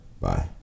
Bye